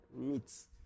meets